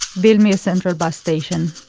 build me a central bus station'.